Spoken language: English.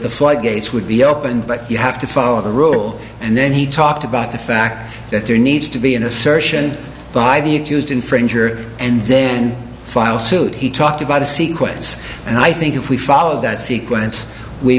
the floodgates would be open but you have to follow the rule and then he talked about the fact that there needs to be an assertion by the accused infringer and then file suit he talked about a sequence and i think if we followed that sequence we